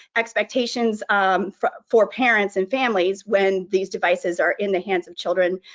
expectations um for for parents and families when these devices are in the hands of children,